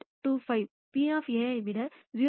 25 P ஐ விட 0